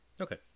Okay